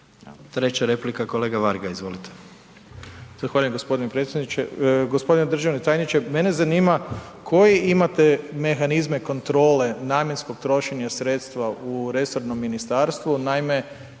**Varga, Siniša (Nezavisni)** Zahvaljujem gospodine predsjedniče. Gospodine državni tajniče, mene zanima koje imate mehanizme kontrole namjenskog trošenja sredstva u resornom ministarstvu. Naime,